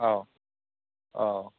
औ औ